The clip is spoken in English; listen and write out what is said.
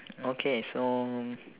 okay so